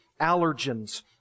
allergens